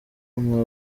nka